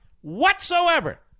whatsoever